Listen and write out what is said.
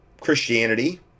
christianity